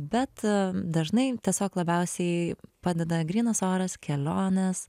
bet dažnai tiesiog labiausiai padeda grynas oras kelionės